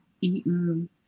eaten